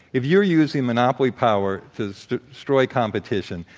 if you're using monopoly power to destroy competition,